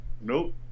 Nope